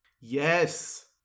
Yes